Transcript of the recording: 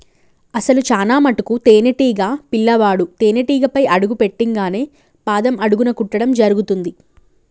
అసలు చానా మటుకు తేనీటీగ పిల్లవాడు తేనేటీగపై అడుగు పెట్టింగానే పాదం అడుగున కుట్టడం జరుగుతుంది